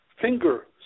finger